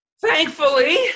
thankfully